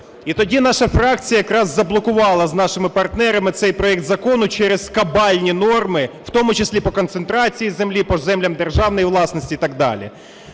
І тоді наша фракція якраз заблокувала, з нашими партнерами, цей проект закону через кабальні норми, в тому числі і по концентрації землі, по землям державної власності і так далі.